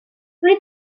plus